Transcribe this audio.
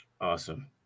Awesome